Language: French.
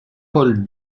paul